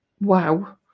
wow